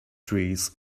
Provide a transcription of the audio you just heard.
trees